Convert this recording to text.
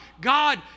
God